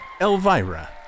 Elvira